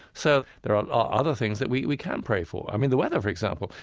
so there are are other things that we we can pray for. i mean, the weather, for example,